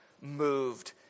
moved